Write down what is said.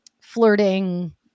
flirting